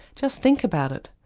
just think about it,